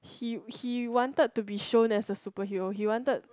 he he wanted to be shown as a superhero he wanted